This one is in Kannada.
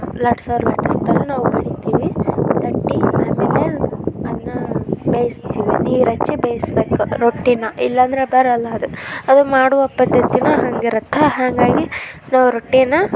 ಲಟ್ಸೋರು ಲಟ್ಟಿಸ್ತಾರೆ ನಾವು ಬಡೀತಿವಿ ತಟ್ಟಿ ಆಮೇಲೆ ಅದನ್ನ ಬೇಯಿಸ್ತೀವಿ ನೀರು ಹಚ್ಚಿ ಬೇಯಿಸಬೇಕು ರೊಟ್ಟಿನಾ ಇಲ್ಲಂದ್ರೆ ಬರೋಲ್ಲ ಅದು ಅದು ಮಾಡುವ ಪದ್ದತಿನೇ ಹಾಗಿರುತ್ತೆ ಹಾಗಾಗಿ ನಾವು ರೊಟ್ಟಿನಾ